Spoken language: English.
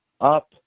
up